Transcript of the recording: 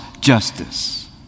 justice